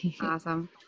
Awesome